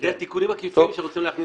דרך תיקונים עקיפים שרצינו להכניס,